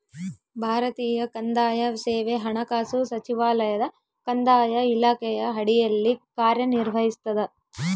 ಭಾರತೀಯ ಕಂದಾಯ ಸೇವೆ ಹಣಕಾಸು ಸಚಿವಾಲಯದ ಕಂದಾಯ ಇಲಾಖೆಯ ಅಡಿಯಲ್ಲಿ ಕಾರ್ಯನಿರ್ವಹಿಸ್ತದ